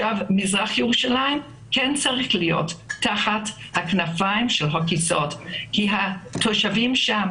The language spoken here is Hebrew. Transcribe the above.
מזרח ירושלים צריך להיות תחת הכנפיים של חוק-יסוד כי התושבים שם